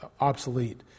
obsolete